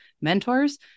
mentors